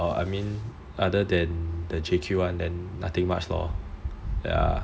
orh other than the J_Q one nothing much lor